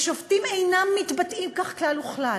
ושופטים אינם מתבטאים כך כלל וכלל.